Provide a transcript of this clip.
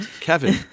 Kevin